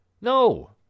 No